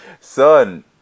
Son